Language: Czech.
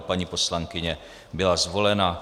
Paní poslankyně byla zvolena.